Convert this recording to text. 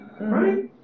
right